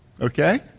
Okay